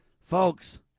Folks